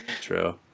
True